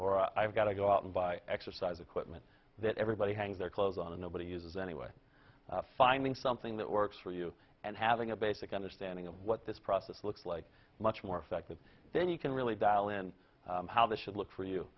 or i've got to go out and buy exercise equipment that everybody hang their clothes on and nobody uses anyway finding something that works for you and having a basic understanding of what this process looks like much more effective then you can really dial in how this should look for